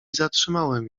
zatrzymałem